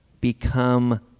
become